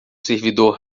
servidor